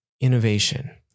innovation